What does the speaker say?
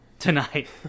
tonight